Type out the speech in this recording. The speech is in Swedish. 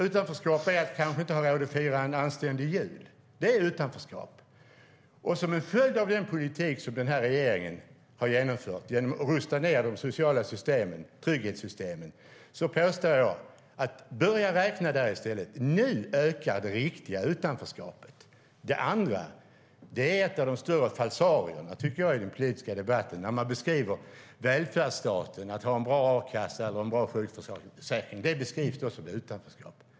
Utanförskap är att inte ha råd att fira en anständig jul. Som en följd av den politik som regeringen har genomfört genom att rusta ned de sociala trygghetssystemen påstår jag att man ska börja räkna där. Nu ökar det riktiga utanförskapet. Det är ett av de stora falsarierna i den politiska debatten att beskriva uttag från en bra a-kassa eller en bra sjukförsäkring i välfärdsstaten som utanförskap.